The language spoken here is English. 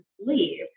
leave